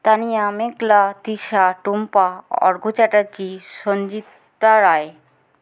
Tania Meghla Trisha Tumpa Arghya Chatterjee Sanjita Roy